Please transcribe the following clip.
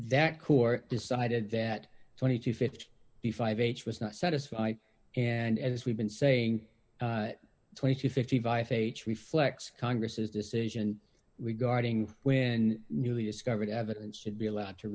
that court decided that twenty to fifty five h was not satisfied and as we've been saying twenty to fifty five pages reflects congress's decision regarding when newly discovered evidence should be allowed to